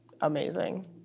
amazing